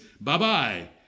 bye-bye